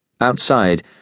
Outside